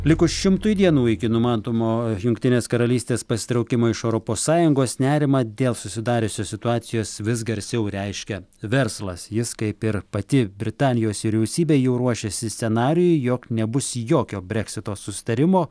likus šimtui dienų iki numatomo jungtinės karalystės pasitraukimo iš europos sąjungos nerimą dėl susidariusios situacijos vis garsiau reiškia verslas jis kaip ir pati britanijos vyriausybė jau ruošiasi scenarijui jog nebus jokio breksito susitarimo